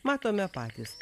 matome patys